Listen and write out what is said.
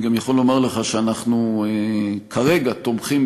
ואני גם יכול לומר לך שאנחנו כרגע תומכים